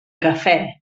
cafè